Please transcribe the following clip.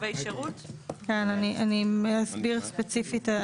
כן, אני אסביר ספציפית.